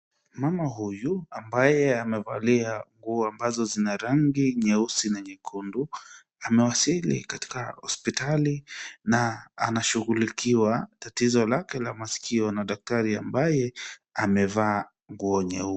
Mama huyu ambaye amevalia nguo ambazo zina rangi nyeusi na nyekundu amewasili katika hospitali na anashughulikiwa tatizo lake la masikio na daktari ambaye amevaa nguo nyeupe.